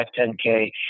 510K